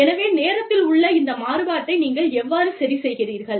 எனவே நேரத்தில் உள்ள இந்த மாறுபாட்டை நீங்கள் எவ்வாறு சரி செய்கிறீர்கள்